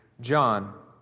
John